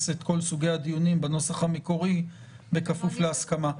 את כל סוגי הדיונים בנוסח המקורי בכפוף להסכמה.